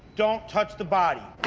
don't touch the body.